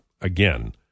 again